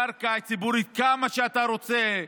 קרקע ציבורית כמה שאתה רוצה,